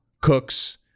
Cooks